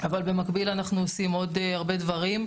אבל במקביל אנחנו עושים עוד הרבה דברים.